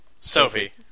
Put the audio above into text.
Sophie